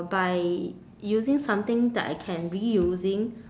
by using something that I can reusing